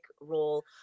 role